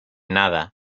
nada